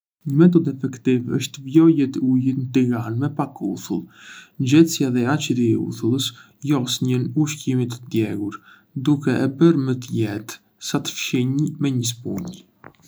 Një metodë efektive është të vlohet uji në tigan me pak uthull. Nxehtësia dhe acidi i uthullës josënjën ushqimit të djegur, duke e bërë më të lehtë sa të fshinj me një spunjë.